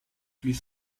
plus